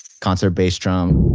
concert bass drum,